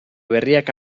berriak